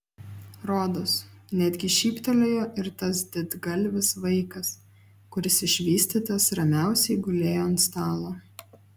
rodos netgi šyptelėjo ir tas didgalvis vaikas kuris išvystytas ramiausiai gulėjo ant stalo